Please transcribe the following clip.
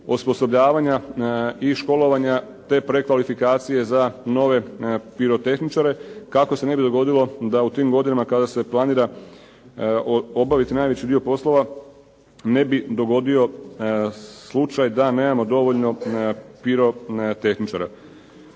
osposobljavanja i školovanja, te prekvalifikacije za nove pirotehničare, kako se ne bi dogodilo da u tim godinama kada se planira obaviti najveći do poslova ne bi dogodio slučaj da nemamo dovoljno pirotehničara.